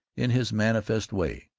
in his manliest way.